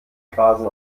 grasen